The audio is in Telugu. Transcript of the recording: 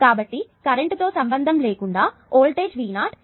కాబట్టి కరెంటు తో సంబంధం లేకుండా వోల్టేజ్ V 0